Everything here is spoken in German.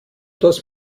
das